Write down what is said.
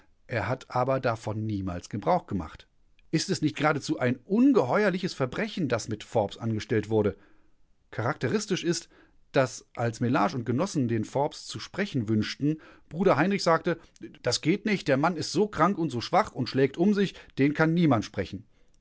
er hat aber davon niemals gebrauch gemacht ist es nicht geradezu ein ungeheuerliches verbrechen das mit forbes angestellt wurde charakteristisch ist daß als mellage und genossen den forbes zu sprechen wünschten bruder heinrich sagte das geht nicht der mann ist so krank und so schwach und schlägt um sich den kann niemand sprechen